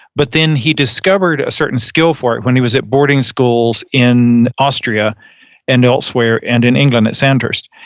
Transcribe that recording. but then he discovered a certain skill for it when he was at boarding schools in austria and elsewhere and in england at sandhurst.